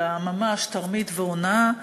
אלא ממש תרמית והונאה,